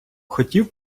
хотів